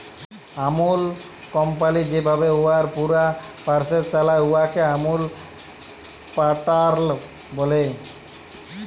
আমূল company যেভাবে উয়ার পুরা পরসেস চালায়, উয়াকে আমূল প্যাটার্ল ব্যলে